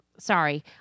Sorry